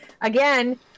Again